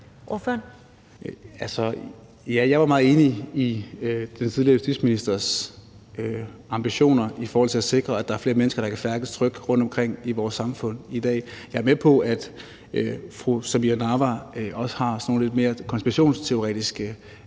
jeg var meget enig i den tidligere justitsministers ambitioner i forhold til at sikre, at der er flere mennesker, der kan færdes trygt rundtomkring i vores samfund i dag. Jeg er med på, at fru Samira Nawa også har sådan nogle lidt mere konspirationsteoretiske